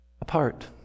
apart